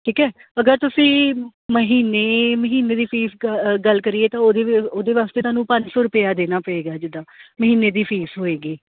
ਠੀਕ ਹੈ ਅਗਰ ਤੁਸੀਂ ਮਹੀਨੇ ਮਹੀਨੇ ਦੀ ਫੀਸ ਗੱਲ ਕਰੀਏ ਤਾਂ ਉਹਦੇ ਵੀ ਉਹਦੇ ਵਾਸਤੇ ਤੁਹਾਨੂੰ ਪੰਜ ਸੌ ਰੁਪਇਆ ਦੇਣਾ ਪਏਗਾ ਜਿੱਦਾਂ ਮਹੀਨੇ ਦੀ ਫੀਸ ਹੋਏਗੀ